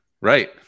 Right